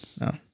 No